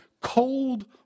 cold